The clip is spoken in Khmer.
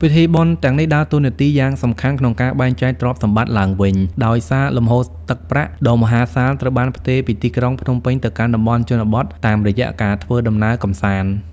ពិធីបុណ្យទាំងនេះដើរតួនាទីយ៉ាងសំខាន់ក្នុងការបែងចែកទ្រព្យសម្បត្តិឡើងវិញ ដោយសារលំហូរទឹកប្រាក់ដ៏មហាសាលត្រូវបានផ្ទេរពីទីក្រុងភ្នំពេញទៅកាន់តំបន់ជនបទតាមរយៈការធ្វើដំណើរកម្សាន្ត។